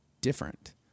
different